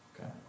Okay